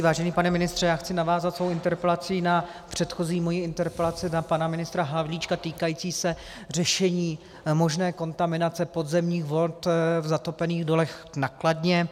Vážený pane ministře, já chci navázat svou interpelací na předchozí moji interpelaci na pana ministra Havlíčka týkající se řešení možné kontaminace podzemních vod v zatopených dolech na Kladně.